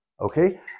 Okay